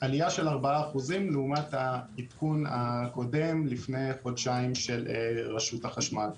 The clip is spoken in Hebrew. עלייה של 4% לעומת העדכון הקודם לפני חודשיים של רשות החשמל.